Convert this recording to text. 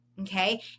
okay